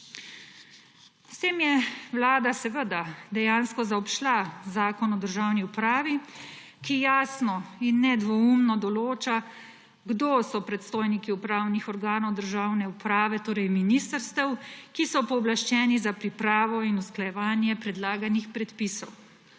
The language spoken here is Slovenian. S tem je Vlada seveda dejansko zaobšla Zakon o državni upravi, ki jasno in nedvoumno določa, kdo so predstojniki upravnih organov države uprave, torej ministrstev, ki so pooblaščeni za pripravo in usklajevanje predlaganih predpisov.